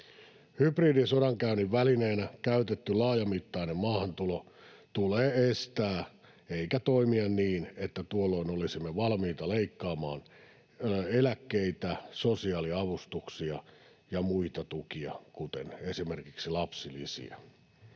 Hybridisodankäynnin välineenä käytetty laajamittainen maahantulo tulee estää, eikä toimia niin, että tuolloin olisimme valmiita leikkaamaan eläkkeitä, sosiaaliavustuksia ja muita tukia, kuten esimerkiksi lapsilisiä.